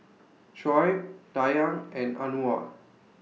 Shoaib Dayang and Anuar